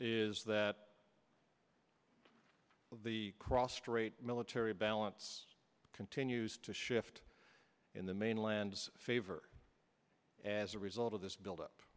is that the cross straight military balance continues to shift in the mainland's favor as a result of this build up